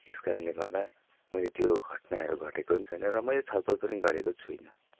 यसकारणले गर्दा मैले त्यो घटनाहरू घटेको नि छैन र मैले छलफल पनि गरेको छुइनँ